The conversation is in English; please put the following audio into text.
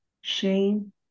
shame